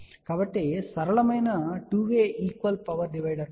కాబట్టి సరళమైన 2 way equal power divider తో ప్రారంభిద్దాం